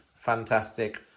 Fantastic